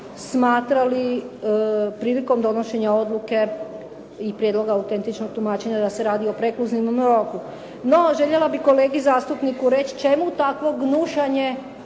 smatrali, prilikom donošenja odluke i prijedloga autentičnog tumačenja da se radi o prekluzivnom roku. No, željela bih kolegi zastupniku reći čemu takvo gnušanje